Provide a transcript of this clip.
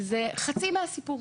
זה חצי מהסיפור.